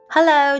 Hello